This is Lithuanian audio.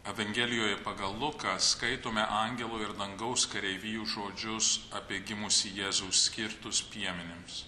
evangelijoje pagal luką skaitome angelo ir dangaus kareivijų žodžius apie gimusį jėzų skirtus piemenims